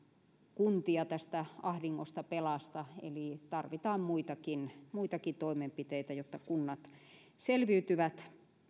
kuntia tästä ahdingosta pelasta eli tarvitaan muitakin muitakin toimenpiteitä jotta kunnat selviytyvät